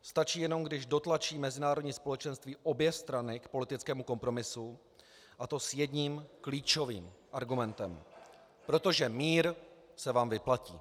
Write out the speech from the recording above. Stačí jenom, když dotlačí mezinárodní společenství obě strany k politickému kompromisu, a to s jedním klíčovým argumentem: protože mír se vám vyplatí.